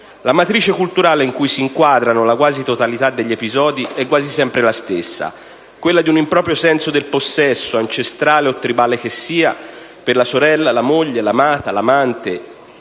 La matrice culturale in cui si inquadra la quasi totalità degli episodi è quasi sempre la stessa, quella di un improprio senso del possesso, ancestrale o tribale che sia, per la sorella, la moglie, l'amata, l'amante,